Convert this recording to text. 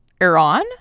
Iran